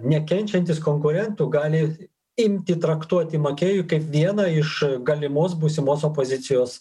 nekenčiantis konkurentų gali imti traktuoti makėjų kaip vieną iš galimos būsimos opozicijos